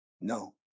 No